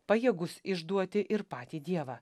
pajėgus išduoti ir patį dievą